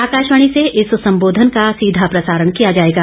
आकाशवाणी से इस संबोधन का सीधा प्रसारण किया जाएगा